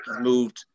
moved